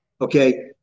okay